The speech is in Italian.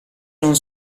non